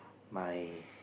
my